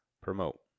promote